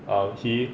um he